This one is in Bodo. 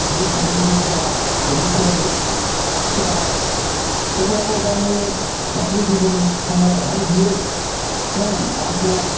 बे हिसाबै बियो दा रिटियार्ड जाबाय अब्लाबो गावनि साख्रि जिबन समावहाय बियो आंखौ